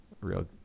real